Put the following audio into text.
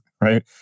right